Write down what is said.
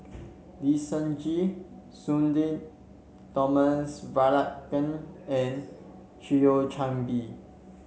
Lee Seng Gee Sudhir Thomas Vadaketh and Thio Chan Bee